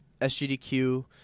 SGDQ